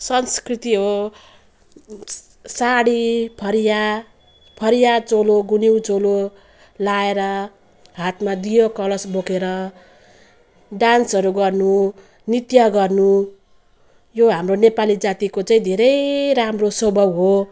संस्कृति हो साडी फरिया फरिया चोलो गुन्यु चोलो लगाएर हातमा दीयो कलश बोकेर डान्सहरू गर्नु नृत्य गर्नु यो हाम्रो नेपाली जातिको चाहिँ धेरै राम्रो स्वभाव हो